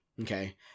okay